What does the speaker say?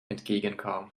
entgegenkam